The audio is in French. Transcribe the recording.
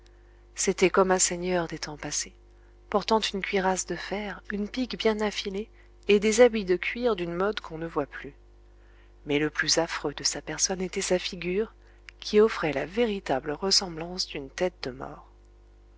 c'était comme un seigneur des temps passés portant une cuirasse de fer une pique bien affilée et des habits de cuir d'une mode qu'on ne voit plus mais le plus affreux de sa personne était sa figure qui offrait la véritable ressemblance d'une tête de mort